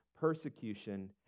persecution